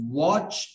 watch